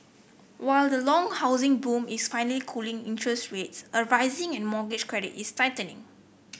while the long housing boom is finally cooling interest rates are rising and mortgage credit is tightening